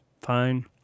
fine